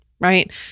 right